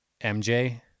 MJ